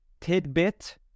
tidbit